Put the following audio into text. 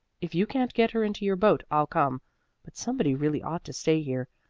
if you can't get her into your boat, i'll come but somebody really ought to stay here.